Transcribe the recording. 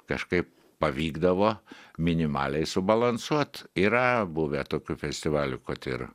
kažkaip pavykdavo minimaliai subalansuot yra buvę tokių festivalių kad ir